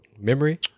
Memory